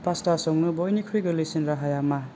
pasta संनो बयनिख्रुइ गोरलैसिन राहाया मा